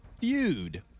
feud